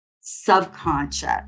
subconscious